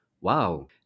wow